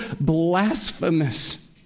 blasphemous